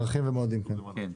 נכון.